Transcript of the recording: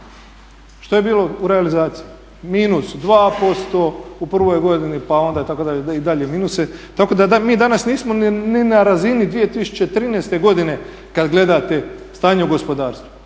Što je bilo u realizaciji? -2% u prvoj godini pa onda i dalje minuse. Tako da mi danas nismo ni na razini 2013. godine kad gledate stanje u gospodarstvu,